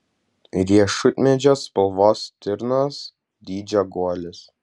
riešutmedžio spalvos stirnos dydžio guolis